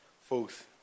Folks